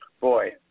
Boy